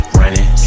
running